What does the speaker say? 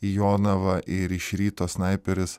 į jonavą ir iš ryto snaiperis